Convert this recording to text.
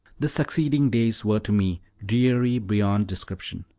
the succeeding days were to me dreary beyond description.